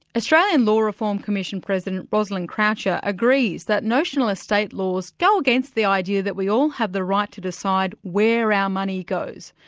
australian law reform commission president rosalind croucher agrees that notional estate laws go against the idea that we all have the right to decide where our money goes.